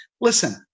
listen